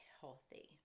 healthy